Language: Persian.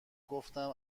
گفتم